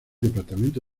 departamento